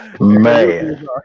Man